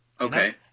Okay